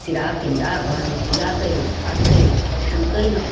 सिरहा पिण्डा घरमे पूजा कयलहुँ पाठ कयलहुँ सबचीज कयलहुँ